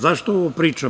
Zašto ovo pričam?